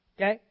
Okay